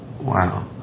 Wow